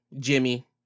jimmy